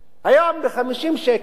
היום ב-50 שקל